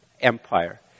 empire